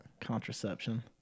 Contraception